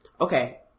Okay